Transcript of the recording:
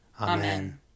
Amen